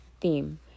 Theme